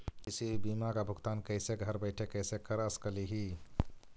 किसी भी बीमा का भुगतान कैसे घर बैठे कैसे कर स्कली ही?